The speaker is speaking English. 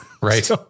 Right